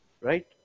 right